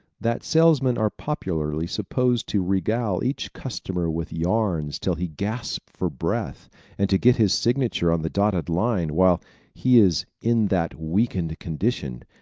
that salesmen are popularly supposed to regale each customer with yarns till he gasps for breath and to get his signature on the dotted line while he is in that weakened condition,